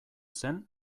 zen